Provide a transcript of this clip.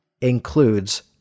includes